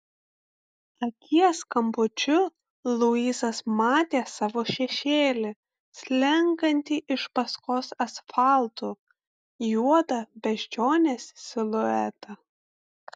akies kampučiu luisas matė savo šešėlį slenkantį iš paskos asfaltu juodą beždžionės siluetą